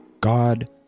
God